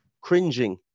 cringing